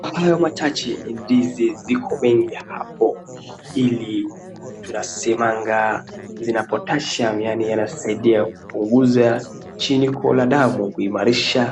Kwa hayo machache ndizi ziko mingi hapo ili tunasemanaga ziko na potassium yaani inasaidia kupunguza shinikizo la damu na kuimarisha